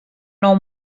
nou